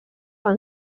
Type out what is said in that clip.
amb